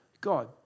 God